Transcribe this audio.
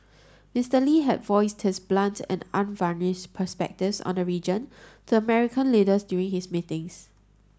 Mister Lee had voiced his blunt and unvarnished perspectives on the region to American leaders during his meetings